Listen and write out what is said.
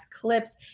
clips